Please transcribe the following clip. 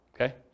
Okay